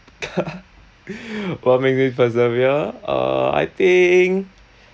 what make me persevere uh I think